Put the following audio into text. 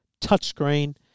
Touchscreen